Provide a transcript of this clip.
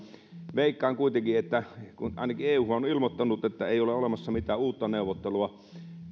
veikkaan kuitenkin kun ainakin eu on on ilmoittanut että ei ole olemassa mitään uutta neuvottelua että